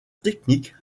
technique